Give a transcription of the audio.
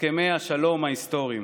הסכמי השלום ההיסטוריים.